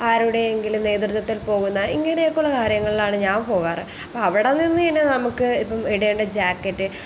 ആരുടെയെങ്കിലും നേതൃത്വത്തിൽ പോകുന്ന ഇങ്ങനെയൊക്കെയുള്ള കാര്യങ്ങളിലാണ് ഞാൻ പോകാറ് അപ്പോൾ അവിടെ നിന്ന് ഇനി നമുക്ക് ഇപ്പം ഇടേണ്ട ജാക്കറ്റ്